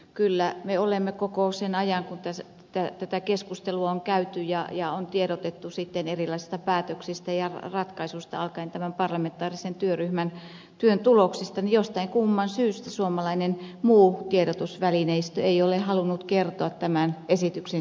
kyllä me olemme koko sen ajan kun tätä keskustelua on käyty tiedottaneet erilaisista päätöksistä ja ratkaisuista alkaen parlamentaarisen työryhmän työn tuloksista mutta jostain kumman syystä suomalainen muu tiedotusvälineistö ei ole halunnut kertoa tämän esityksen sisältöjä